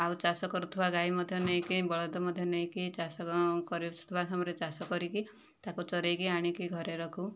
ଆଉ ଚାଷ କରୁଥିବା ଗାଈ ମଧ୍ୟ ନେଇକି ବଳଦ ମଧ୍ୟ ନେଇକି ଚାଷ କରୁଥିବା ସମୟରେ ଚାଷ କରିକି ତାକୁ ଚରାଇକି ଆଣିକି ଘରେ ରଖୁ